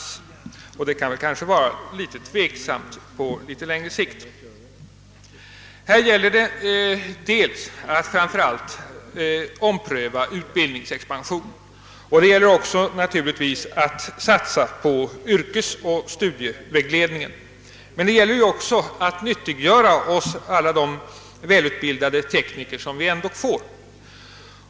Det är kanske ett litet tvivelaktigt råd på längre sikt. Här gäller det framför allt att ompröva utbildningsexpansionen men naturligtvis också att satsa på yrkesoch studievägledningen. Vi måste vidare tillgodogöra oss alla de välutbildade tekniker som vi ändå får.